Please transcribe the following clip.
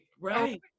right